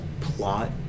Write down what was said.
plot